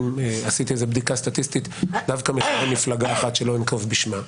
עשיתי איזו בדיקה סטטיסטית דווקא בתוך מפלגה אחת שלא אנקוב בשמה,